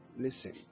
listen